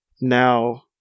now